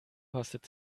kostet